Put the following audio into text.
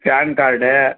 PAN card